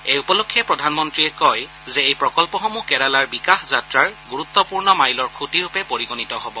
এই উপলক্ষে প্ৰধানমন্ত্ৰীয়ে কয় যে এই প্ৰকল্পসমূহ কেৰালাৰ বিকাশ যাত্ৰাৰ গুৰুত্পূৰ্ণ মাইলৰ খুঁটিৰূপে পৰিগণিত হ'ব